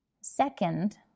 Second